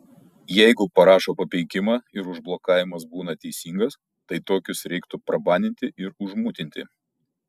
jeigu parašo papeikimą ir užblokavimas būna teisingas tai tokius reiktų prabaninti ar užmutinti